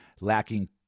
lacking